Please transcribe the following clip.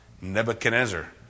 Nebuchadnezzar